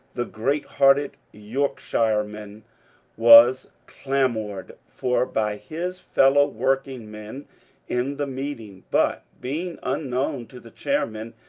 the great-hearted yorkshireman was clamoured for by his fellow workingmen in the meeting, but being unknown to the chairman,